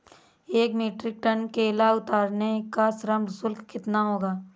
एक metric tonne केला उतारने का श्रम शुल्क कितना होगा?